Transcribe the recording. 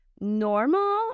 normal